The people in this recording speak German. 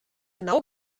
genau